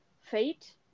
fate